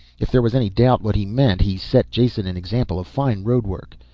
if there was any doubt what he meant, he set jason an example of fine roadwork.